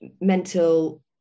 mental